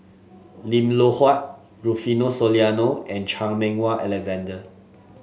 Lim Loh Huat Rufino Soliano and Chan Meng Wah Alexander